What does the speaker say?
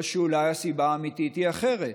או שאולי הסיבה האמיתית היא אחרת?